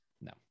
No